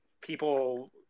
people